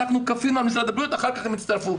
אנחנו כפינו על משרד הבריאות ורק אחר כך הם הצטרפו.